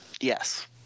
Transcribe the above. Yes